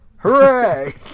Hooray